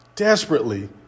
Desperately